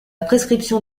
prescription